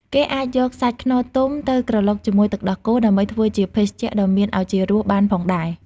គេអាចយកសាច់ខ្នុរទុំទៅក្រឡុកជាមួយទឹកដោះគោ ដើម្បីធ្វើជាភេសជ្ជៈដ៏មានឱជារសបានផងដែរ។